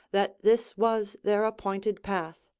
that this was their appointed path.